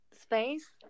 space